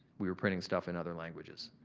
we were printing stuff in other languages.